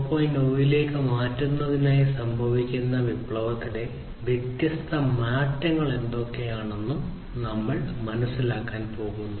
0 ലേക്ക് മാറ്റുന്നതിനായി സംഭവിക്കുന്ന വിപ്ലവത്തിലെ വ്യത്യസ്ത മാറ്റങ്ങൾ എന്തൊക്കെയാണെന്നും നമ്മൾ മനസ്സിലാക്കാൻ പോകുന്നു